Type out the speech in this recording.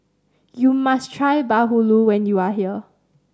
you must try bahulu when you are here